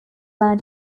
land